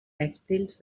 tèxtils